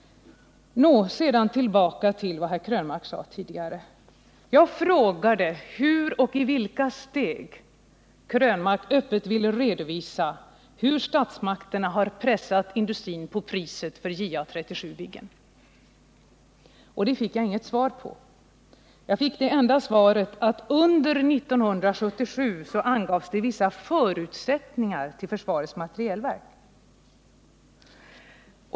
Sedan tillbaka till vad herr Krönmark sade tidigare. Jag frågade hur och i vilka steg herr Krönmark öppet ville redovisa hur statsmakterna har pressat industrin på priset på JA 37 Viggen. Den frågan fick jag inget svar på. Det enda som sades var att det under 1977 angavs vissa förutsättningar till försvarets materielverk.